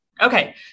okay